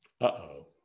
Uh-oh